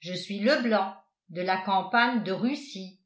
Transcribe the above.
je suis leblanc de la campagne de russie